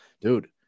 Dude